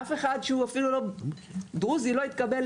אף אחד שהוא אפילו לא דרוזי לא יתקבל